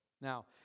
Now